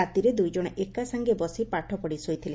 ରାତିରେ ଦୁଇଜଶ ଏକା ସାଙେ ବସି ପାଠ ପଢ଼ି ଶୋଇଥିଲେ